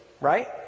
right